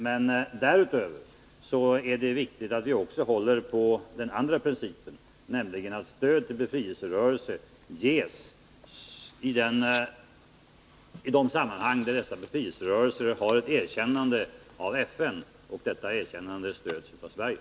Men därutöver är det viktigt att vi också håller på den andra principen, nämligen att stöd till befrielserörelser ges i de sammanhang där dessa befrielserörelser har vunnit erkännande av FN och detta erkännande stöds av Sverige.